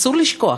אסור לשכוח,